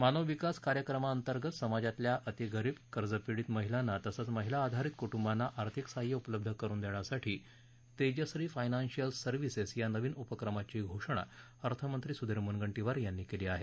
मानव विकास कार्यक्रमांतर्गत समाजातल्या अतिगरीब कर्ज पीडित महिलांना तसंच महिला आधारित कुटुंबांना आर्थिक सहाय्य उपलब्ध करून देण्यासाठी तेजश्री फायनान्शियल सर्व्हिसेस या नवीन उपक्रमाची घोषणा अर्थमंत्री सुधीर मुनगंटीवार यांनी केली आहे